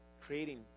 creating